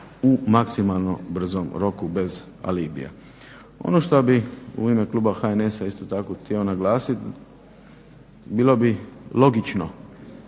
u maksimalno brzom roku bez alibija. Ono što bih u ime kluba HNS-a isto tako htio naglasit, bilo bi logično